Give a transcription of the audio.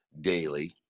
daily